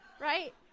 right